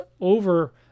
over